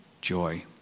joy